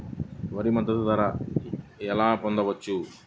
వరి మద్దతు ధర ఎలా పొందవచ్చు?